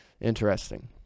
Interesting